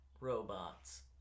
robots